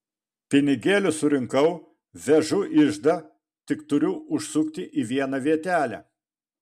pinigėlius surinkau vežu iždą tik turiu užsukti į vieną vietelę